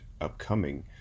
upcoming